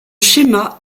schéma